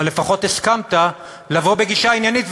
אבל לפחות הסכמת לבוא בגישה עניינית,